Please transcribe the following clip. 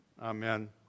amen